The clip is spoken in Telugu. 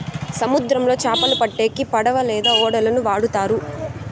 సముద్రంలో చాపలు పట్టేకి పడవ లేదా ఓడలను వాడుతారు